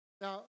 Now